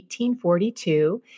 1842